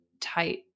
tight